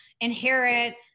inherit